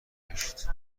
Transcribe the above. گشت